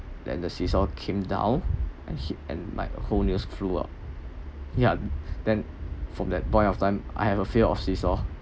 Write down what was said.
than the seesaw came down and hit and like whole yeah then from that point of time I have a fear of seesaw